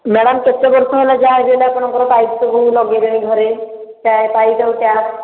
madam କେତେ ବର୍ଷ ହେଲା ଯାହା ଆପଣଙ୍କର ପାଇପ୍ ସବୁ ଲଗେଇଲେଣି ଘରେ ଟ୍ୟାପ୍ ପାଇପ୍ ଆଉ ଟ୍ୟାପ୍